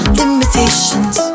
limitations